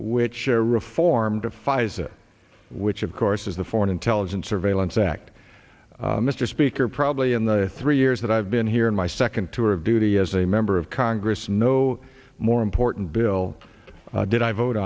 which a reform defies it which of course is the foreign intelligence surveillance act mr speaker probably in the three years that i've been here in my second tour of duty as a member of congress no more important bill did i vote